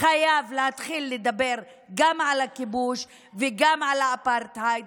חייב להתחיל לדבר גם על הכיבוש וגם על האפרטהייד